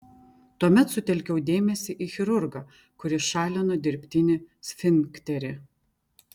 tuomet sutelkiau dėmesį į chirurgą kuris šalino dirbtinį sfinkterį